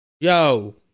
Yo